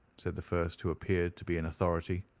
said the first who appeared to be in authority.